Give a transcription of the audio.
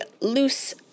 loose